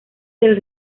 del